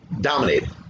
dominated